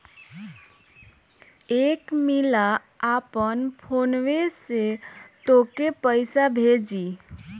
एक मिला आपन फोन्वे से तोके पइसा भेजी